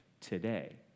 today